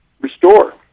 restore